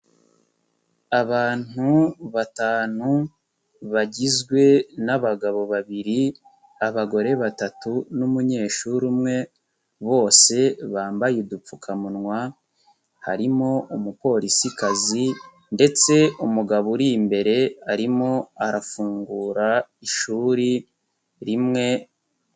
Abantu batanu bagizwe n'abagabo babiri, abagore batatu n'umunyeshuri umwe, bose bambaye udupfukamunwa, harimo umupolisikazi ndetse umugabo uri imbere arimo arafungura ishuri rimwe.